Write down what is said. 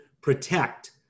protect